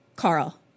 Carl